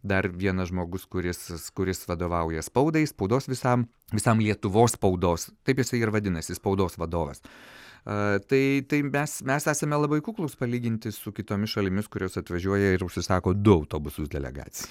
dar vienas žmogus kuris vadovauja spaudai spaudos visam visam lietuvos spaudos taip jisai ir vadinasi spaudos vadovas tai mes esame labai kuklūs palyginti su kitomis šalimis kurios atvažiuoja ir užsisako du autobusus delegacijai